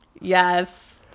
Yes